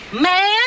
Man